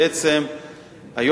בעצם היום,